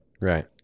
Right